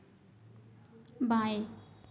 बाएँ